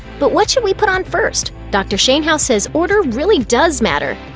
but what should we put on first? dr. shainhouse says order really does matter!